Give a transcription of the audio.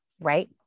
Right